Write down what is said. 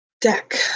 Deck